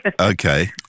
Okay